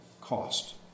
cost